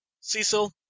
Cecil